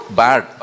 bad